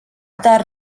dar